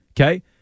Okay